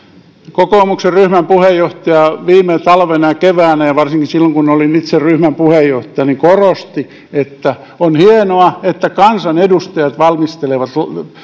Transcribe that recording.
kokoomuksen ryhmän puheenjohtaja viime talvena ja keväänä ja varsinkin silloin kun olin itse ryhmän puheenjohtaja korosti että on hienoa että kansanedustajat valmistelevat